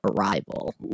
arrival